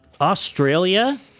Australia